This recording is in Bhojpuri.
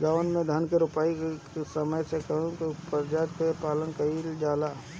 गाँव मे धान रोपनी के समय कउन प्रथा के पालन कइल जाला?